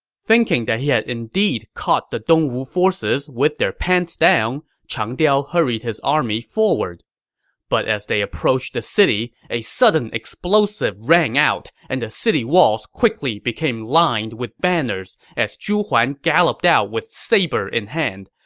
thinking that he had indeed caught the dongwu forces with their pants down, chang diao hurried his army forward but as they approached the city, a sudden explosive rang out, and the city walls quickly became lined with banners, as zhu huan galloped out with saber in hand.